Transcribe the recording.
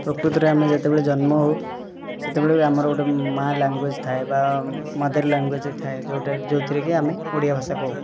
ପ୍ରକୃତରେ ଆମେ ଯେତେବେଳେ ଜନ୍ମ ହେଉ ସେତେବେଳେ ବି ଆମର ଗୋଟେ ମା' ଲାଙ୍ଗୁଏଜ୍ ଥାଏ ବା ମଦର୍ ଲାଙ୍ଗୁଏଜ୍ ଥାଏ ଯେଉଁଟା ଯେଉଁଥିରେକି ଆମେ ଓଡ଼ିଆ ଭାଷା କହୁ